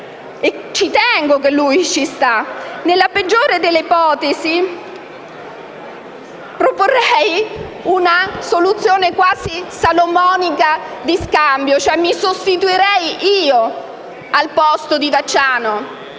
Ci tengo che lui ci sia. Nella peggiore delle ipotesi, proporrei una soluzione quasi salomonica di scambio: mi metterei io al posto di Vacciano,